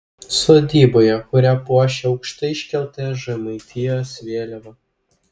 sodyboje kurią puošia aukštai iškelta žemaitijos vėliava